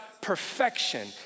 perfection